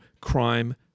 crime